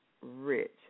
rich